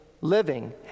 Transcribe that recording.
living